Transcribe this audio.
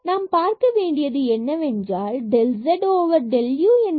நாம் பார்க்க வேண்டியது என்னவென்றால் del z del u என்பது என்ன